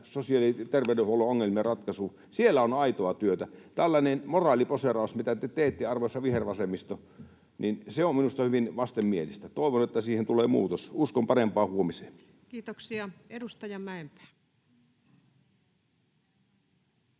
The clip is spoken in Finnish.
sosiaali- ja terveydenhuollon ongelmien ratkaisuun. Siellä on aitoa työtä. Tällainen moraaliposeeraus, mitä te teette, arvoisa vihervasemmisto, on minusta hyvin vastenmielistä. Toivon, että siihen tulee muutos. Uskon parempaan huomiseen. Kiitoksia. — Edustaja Mäenpää.